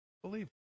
Believe